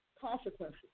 consequences